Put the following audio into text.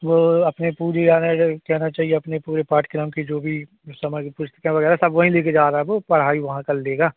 वो अपने पूरी यानि कहना चाहिए अपने पूरे पाठ्यक्रम की जो भी समा की पुस्तकें वगैरह हैं सब वहीं ले कर जा रहा है वो पढ़ाई वहाँ कर लेगा